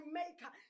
maker